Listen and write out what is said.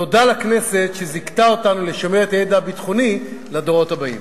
תודה לכנסת שזיכתה אותנו לשמר את הידע הביטחוני לדורות הבאים.